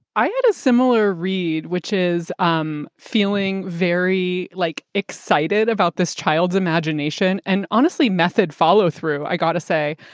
i had a similar read, which is um feeling very like excited about this child's imagination and honestly method follow through. i gotta say.